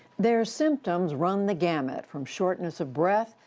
their symptoms run the gamut, from shortness of breath,